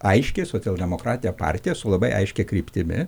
aiškiai socialdemokratinę partiją su labai aiškia kryptimi